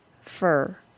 fur